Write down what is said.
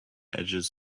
edges